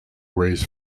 raise